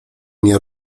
nie